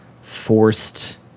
forced